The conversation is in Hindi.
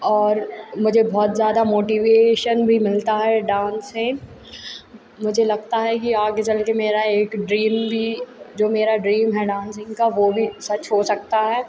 और मुझे बहुत ज़्यादा मोटिवेशन भी मिलता है डांस से मुझे लगता है कि आगे चलके मेरा एक ड्रीम भी जो मेरा ड्रीम है डांसिंग का वो भी सच हो सकता है